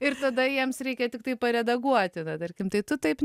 ir tada jiems reikia tiktai paredaguoti tą tarkim tai tu taip